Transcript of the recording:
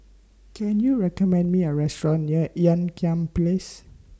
Can YOU recommend Me A Restaurant near Ean Kiam Place